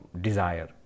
desire